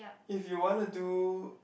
if you wanna do